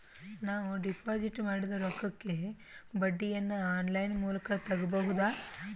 ನಾವು ಡಿಪಾಜಿಟ್ ಮಾಡಿದ ರೊಕ್ಕಕ್ಕೆ ಬಡ್ಡಿಯನ್ನ ಆನ್ ಲೈನ್ ಮೂಲಕ ತಗಬಹುದಾ?